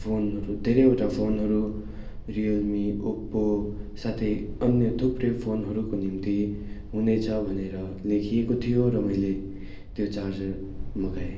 फोनहरू धेरैवटा फोनहरू रियलमी ओप्पो साथै अन्य थुप्रै फोनहरूको निम्ति हुनेछ भनेर लेखिएको थियो र मैले त्यो चार्जर मगाएँ